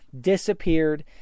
disappeared